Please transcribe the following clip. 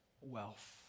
wealth